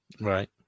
Right